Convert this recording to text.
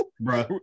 bro